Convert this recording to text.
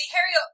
Harry